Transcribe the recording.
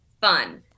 fun